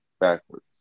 backwards